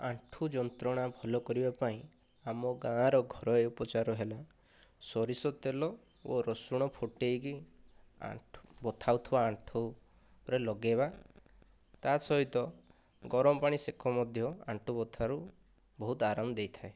ଆଣ୍ଠୁ ଯନ୍ତ୍ରଣା ଭଲ କରିବା ପାଇଁ ଆମ ଗାଁର ଘରୋଇ ଉପଚାର ହେଲା ସୋରିଷ ତେଲ ଓ ରସୁଣ ଫୁଟେଇକି ଆଣ୍ଠୁ ବଥା ହେଉଥିବା ଆଣ୍ଠୁରେ ଲଗେଇବା ତା' ସହିତ ଗରମ ପାଣି ସେକ ମଧ୍ୟ ଆଣ୍ଠୁ ବଥାରୁ ବହୁତ ଆରାମ ଦେଇଥାଏ